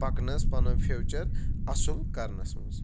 پَکنَس پَنُن فیوٗچَر اصٕل کرنَس منٛز